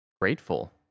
Grateful